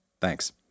Thanks